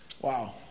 wow